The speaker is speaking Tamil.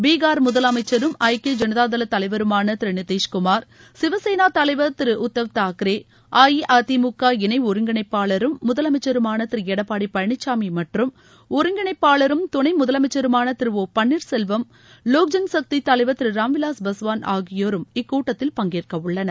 பிகார் முதலமைச்சரும் ஐக்கிய ஜனதாதள் தலைவருமான திரு நிதிஷ்குமார் சிவசேனா தலைவர் திரு உத்தவ்தாக்ரே அஇஅதிமுக இணை ஒருங்கிணைப்பாளரும் முதலமைச்சருமான திரு எடப்பாடி பழனிசாமி மற்றும் ஒருங்கிணைப்பாளரும் துணை முதலமைச்சருமான திரு ஓ பன்னீர்செல்வம்லோக்ஜன் சக்தி தலைவர் திரு ராம்விலாஸ் பாஸ்வன் ஆகியோரும் இக்கூட்டத்தில் பங்கேற்கவுள்ளனர்